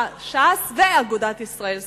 ש"ס ואגודת ישראל,